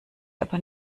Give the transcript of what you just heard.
aber